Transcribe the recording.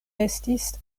estis